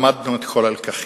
למדנו את כל הלקחים.